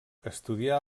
estudià